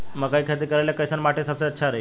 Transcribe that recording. मकई के खेती करेला कैसन माटी सबसे अच्छा रही?